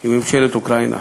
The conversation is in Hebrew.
עם ממשלת אוקראינה,